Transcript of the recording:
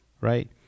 right